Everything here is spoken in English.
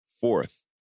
Fourth